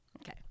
Okay